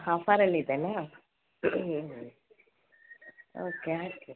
ಹಾಫರಲ್ ಇದೇನಾ ಓಕೆ ಹಾಕಿ